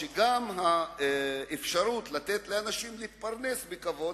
גם האפשרות לתת לאנשים להתפרנס בכבוד,